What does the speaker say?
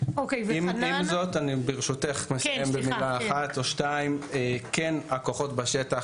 עם זאת כן הכוחות בשטח.